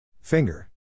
Finger